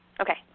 Okay